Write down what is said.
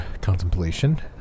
contemplation